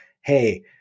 hey